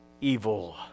evil